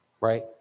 right